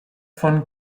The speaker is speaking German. von